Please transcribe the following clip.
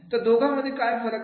तर दोघांमध्ये काय फरक आहे